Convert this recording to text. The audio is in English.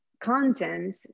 content